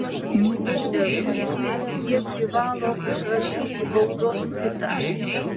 nubaudę zuikį jie privalo išrašyti baudos kvitą